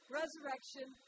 resurrection